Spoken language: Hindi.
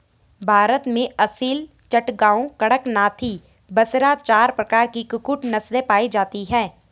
भारत में असील, चटगांव, कड़कनाथी, बसरा चार प्रकार की कुक्कुट नस्लें पाई जाती हैं